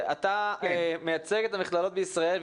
אתה מייצג את המכללות בישראל,